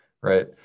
right